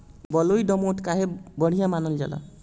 बलुई दोमट काहे बढ़िया मानल जाला?